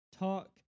talk